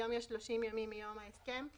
היום יש 30 ימים מיום ההסכם,